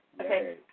Okay